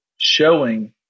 showing